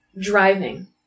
driving